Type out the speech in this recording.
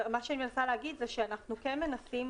מה שאני מנסה להגיד זה שאנחנו כן מנסים,